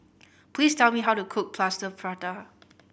please tell me how to cook Plaster Prata